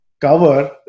cover